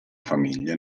famiglia